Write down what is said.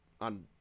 on